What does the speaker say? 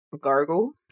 gargle